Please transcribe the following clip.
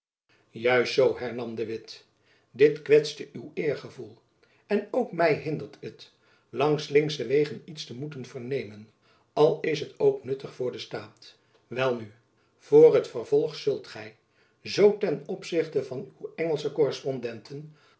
juist zoo hernam de witt dit kwetste uw eergevoel en ook my hindert het langs slinksche wegen iets te moeten vernemen al is het ook nuttig voor den staat welnu voor het vervolg zult gy zoo ten opzichte van uw